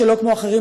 שלא כמו אחרים,